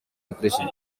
depression